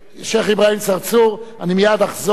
שיח' אברהים צרצור, אני מייד אחזור,